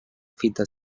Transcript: fita